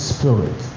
Spirit